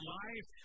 life